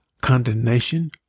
condemnation